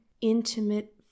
intimate